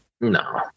No